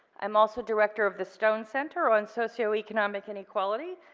i'm also director of the stone center on socio-economic inequality.